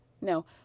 no